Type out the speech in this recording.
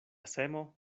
semo